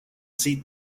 seat